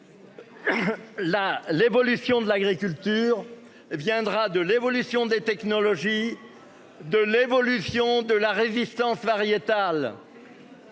l'évolution de l'agriculture viendra de l'évolution des technologies. De l'évolution de la Résistance variétale.